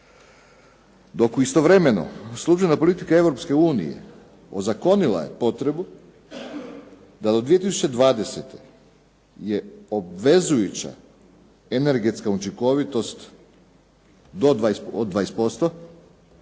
Dok istovremeno sluđena politika Europske unije ozakonila je potrebu da do 2020. je obvezujuća energetska učinkovitost od 20%